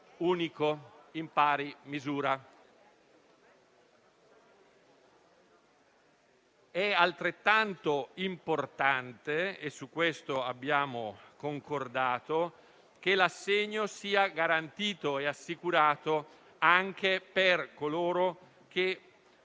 unico in pari misura. È altrettanto importante - e su questo abbiamo concordato - che l'assegno sia garantito e assicurato anche per coloro che